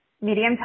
Medium